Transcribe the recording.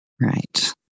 Right